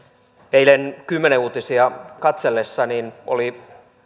eilen kymmenen uutisia katsellessani oli